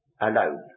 alone